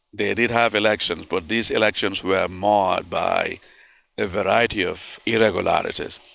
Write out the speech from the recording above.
they did have elections, but these elections were marred by a variety of irregularities.